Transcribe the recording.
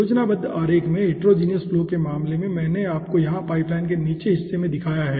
योजनाबद्ध आरेख में हिटेरोजीनियस फ्लो के मामले में मैंने आपको यहां पाइपलाइन के निचले हिस्से में दिखाया है